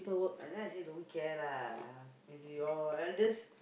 that's why I say don't care lah if your eldest